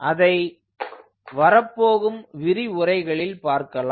அதை வரப்போகும் விரிவுரைகளில் பார்க்கலாம்